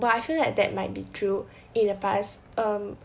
while I feel that that might be true in the past um